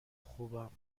خوبم